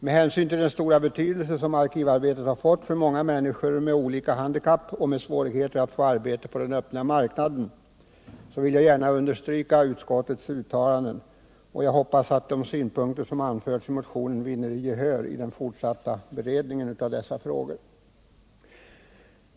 Med hänsyn till den stora betydelse som arkivarbetet har fått för många människor med olika handikapp och med svårigheter att få arbete på den öppna marknaden vill jag gärna understryka utskottets uttalande. Jag hoppas att de synpunkter som anförts i motionen vinner gehör i den fortsatta beredningen av dessa frågor.